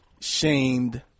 shamed